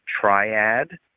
Triad